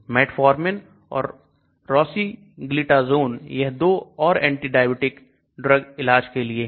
metformin और rosiglitazone यह दो और एंटी डायबिटिक ड्रग इलाज के लिए हैं